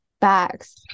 bags